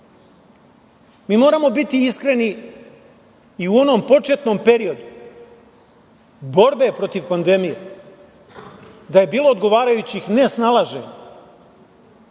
moramo biti iskreni i u onom početnom periodu borbe protiv pandemije, da je bilo odgovarajućih nesnalaženja,